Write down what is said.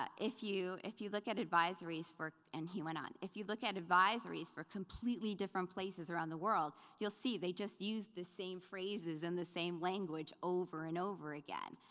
ah if you if you look at advisories, and he went on, if you look at advisories for completely different places around the world, you'll see they just use the same phrases and the same language over and over again,